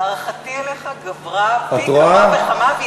הערכתי אליך גברה פי כמה וכמה.